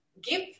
give